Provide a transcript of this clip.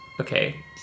Okay